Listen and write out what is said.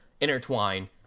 intertwine